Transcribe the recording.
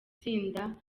tsinda